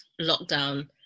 lockdown